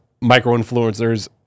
micro-influencers